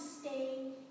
stay